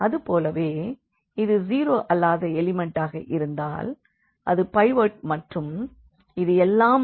அதுபோலவே இது ஜீரோ அல்லாத எலிமண்டாக இருந்தால் அது பைவோட் மற்றும் இது எல்லாம்